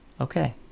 okay